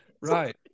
right